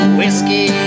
Whiskey